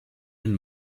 and